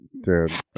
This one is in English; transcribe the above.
Dude